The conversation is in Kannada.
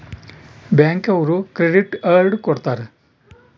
ಬ್ಯಾಂಕ್ ಅವ್ರು ಕ್ರೆಡಿಟ್ ಅರ್ಡ್ ಕೊಡ್ತಾರ